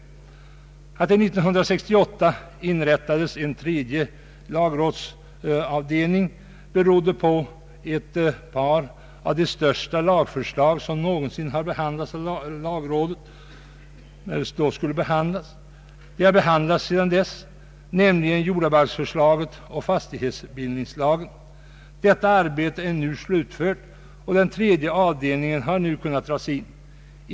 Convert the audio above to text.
Att det 1968 inrättades en tredje lagrådsavdelning berodde på att ett par av de största lagförslag som någonsin har behandlats av lagrådet då skulle ses över, nämligen jordabalksförslaget och fastighetsbildningslagen. Detta arbete är nu slutfört, och den tredje avdelningen har kunnat dras in.